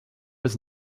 was